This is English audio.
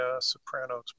sopranos